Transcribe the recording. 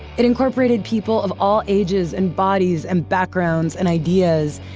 it incorporated people of all ages, and bodies, and backgrounds, and ideas,